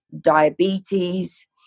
diabetes